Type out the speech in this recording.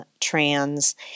trans